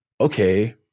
okay